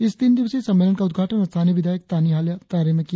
इस तीन दिवसीय सम्मेलन का उद्घाटन स्थानीय विधायक ताना हाली तारा ने किया